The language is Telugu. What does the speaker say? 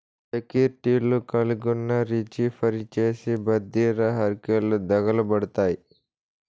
సెక్యూర్టీలు కలిగున్నా, రిజీ ఫరీ చేసి బద్రిర హర్కెలు దకలుపడతాయి